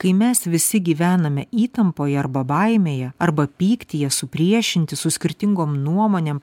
kai mes visi gyvename įtampoje arba baimėje arba pyktyje supriešinti su skirtingom nuomonėm